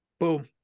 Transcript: boom